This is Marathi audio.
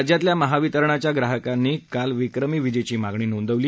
राज्यातल्या महावितरणच्या ग्राहकांनी कालविक्रमी विजेची मागणी नोंदवली